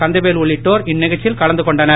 கந்தவேல் உள்ளிட்டோர் இந்நிகழ்ச்சியில் கலந்து கொண்டனர்